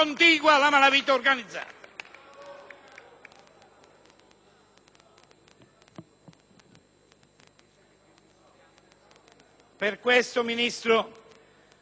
Per questo, signor Ministro, rimaniamo sconcertati dal balletto delle chiacchiere (e tra queste anche le sue),